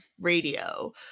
radio